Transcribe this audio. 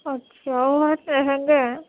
اچھا بہت مہنگے ہیں